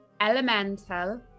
elemental